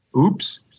Oops